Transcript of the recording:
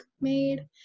made